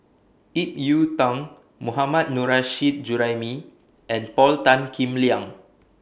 Ip Yiu Tung Mohammad Nurrasyid Juraimi and Paul Tan Kim Liang